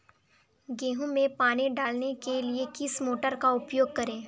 गेहूँ में पानी डालने के लिए किस मोटर का उपयोग करें?